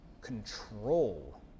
control